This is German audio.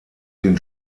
den